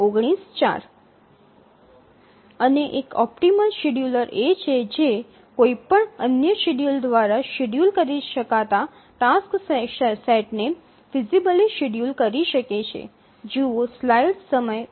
અને એક optimal scheduler એ છે જે કોઈપણ અન્ય શેડ્યૂલર દ્વારા શેડ્યૂલ કરી શકાતા ટાસ્ક સેટ ને ફિઝીબલી શેડ્યૂલ કરી શકે છે